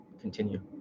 continue